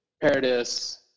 Paradis –